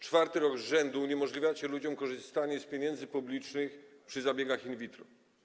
Czwarty rok z rzędu uniemożliwiacie ludziom korzystanie z pieniędzy publicznych przy zabiegach in vitro.